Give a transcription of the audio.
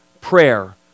prayer